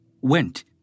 went